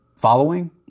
following